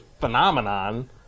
phenomenon